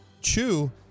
Chu